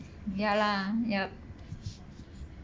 ya lah yup